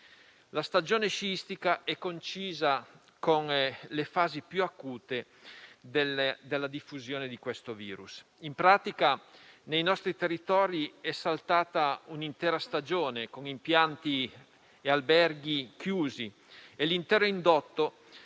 la stagione sciistica è coincisa con le fasi più acute della diffusione del virus. In pratica nei nostri territori è saltata un'intera stagione, con impianti e alberghi chiusi e l'intero indotto